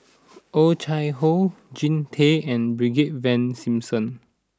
Oh Chai Hoo Jean Tay and Brigadier Ivan Simson